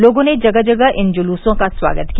लोगों ने जगह जगह इन जुलूसो का स्वागत किया